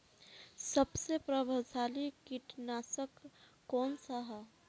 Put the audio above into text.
सबसे प्रभावशाली कीटनाशक कउन सा ह?